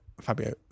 Fabio